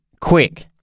quick